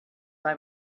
buy